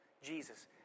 Jesus